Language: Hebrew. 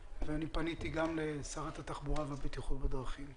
ופניתי גם לשרת התחבורה והבטיחות בדרכים.